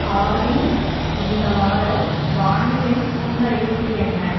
ஆலி இந்த வார வானிலை முன்னறிவிப்பு என்ன